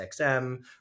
xm